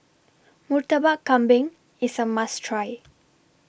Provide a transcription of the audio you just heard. Murtabak Kambing IS A must Try